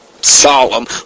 Solemn